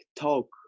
talk